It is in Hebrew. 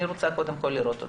אני קודם כול רוצה לראות.